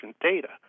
data